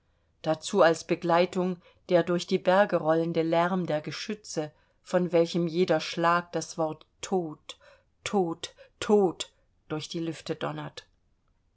dazu als begleitung der durch die berge rollende lärm der geschütze von welchem jeder schlag das wort tod tod tod durch die lüfte donnert